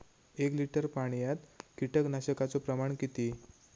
एक लिटर पाणयात कीटकनाशकाचो प्रमाण किती?